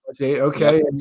okay